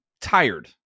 tired